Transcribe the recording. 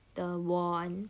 the one